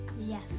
yes